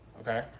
Okay